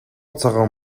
цагаан